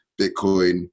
Bitcoin